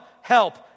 help